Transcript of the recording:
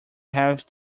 have